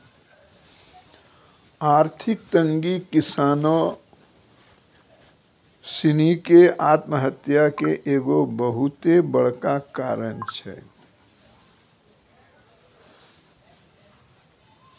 आर्थिक तंगी किसानो सिनी के आत्महत्या के एगो बहुते बड़का कारण छै